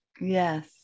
Yes